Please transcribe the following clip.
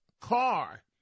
car